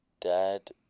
dad